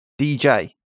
DJ